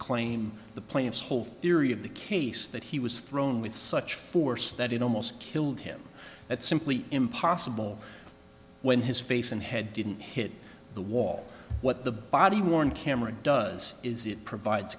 claim the plaintiff's whole theory of the case that he was thrown with such force that it almost killed him that simply impossible when his face and head didn't hit the wall what the body worn camera does is it provides